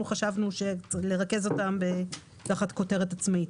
אנחנו חשבנו לרכז אותם תחת כותרת עצמאית.